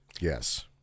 Yes